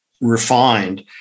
refined